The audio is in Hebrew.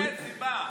יש סיבה.